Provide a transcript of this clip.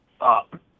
up